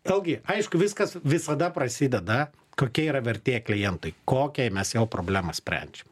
vėlgi aišku viskas visada prasideda kokia yra vertė klientui kokią mes jo problemą sprendžiam